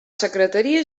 secretaria